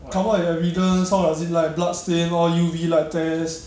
come up with a riddle how is it like blood stain all U_V blood test